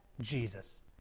Jesus